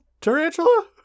Tarantula